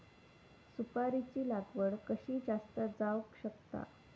सुपारीची लागवड कशी जास्त जावक शकता?